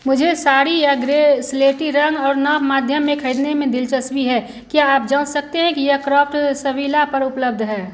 मुझे साड़ी या ग्रे स्लेटी रंग और नाप मध्यम में खरीदने में दिलचस्पी है क्या आप जाँच सकते हैं कि यह क्राफ्ट्सविला पर उपलब्ध है